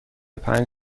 پنج